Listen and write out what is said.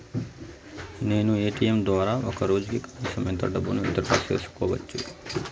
నేను ఎ.టి.ఎం ద్వారా ఒక రోజుకి కనీసం ఎంత డబ్బును విత్ డ్రా సేసుకోవచ్చు?